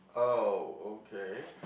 oh okay